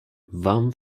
wam